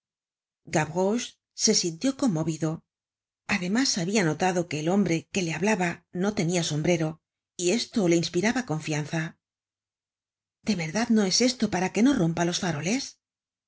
se sintió conmovido además habia notado que el hombre que le hablaba no tenia sombrero y esto le inspiraba confianza de verdad no es esto para que no rompa los faroles